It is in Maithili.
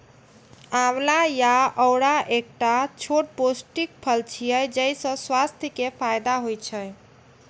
आंवला या औरा एकटा छोट पौष्टिक फल छियै, जइसे स्वास्थ्य के फायदा होइ छै